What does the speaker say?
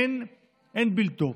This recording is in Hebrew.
אין בלתה.